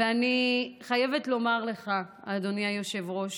אני חייבת לומר לך, אדוני היושב-ראש,